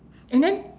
and then